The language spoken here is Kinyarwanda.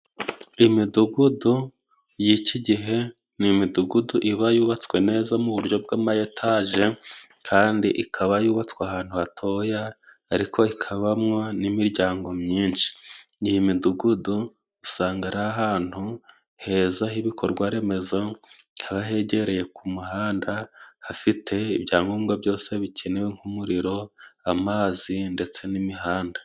Imidugudu y'iki gihe, ni imidugudu iba yubatswe neza mu buryo bwamayetaje kandi ikaba yubatswe ahantu hatoya, ariko ikabamo n'imiryango myinshi. Ni imidugudu usanga ari ahantu heza h'ibikorwaremezo haba hegereye ku muhanda, hafite ibyangombwa byose bikenewe, nk'umuriro, amazi ndetse n'imihanda.